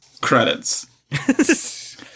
Credits